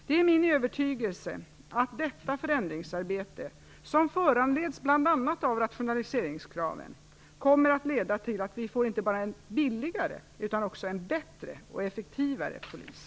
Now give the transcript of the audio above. Det är min övertygelse att detta förändringsarbete, som föranleds av bl.a. rationaliseringskraven, kommer att leda till att vi inte bara får en billigare utan också en bättre och effektivare polis.